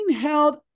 held